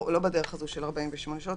בנוסף,